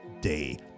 day